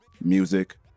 music